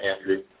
Andrew